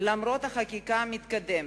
למרות החקיקה המתקדמת,